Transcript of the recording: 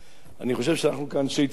אני חושב שאנחנו, כאנשי ציבור,